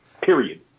Period